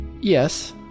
yes